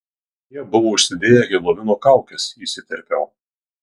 jie buvo užsidėję helovino kaukes įsiterpiau